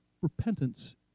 Repentance